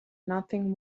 nothing